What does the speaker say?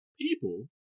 people